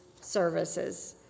services